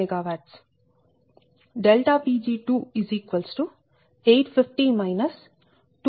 335 MW